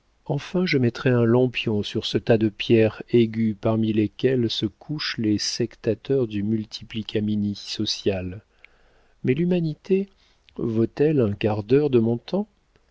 enfin je mettrais un lampion sur ces tas de pierres aiguës parmi lesquelles se couchent les sectateurs du multiplicamini social mais l'humanité vaut-elle un quart d'heure de mon temps